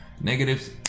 negatives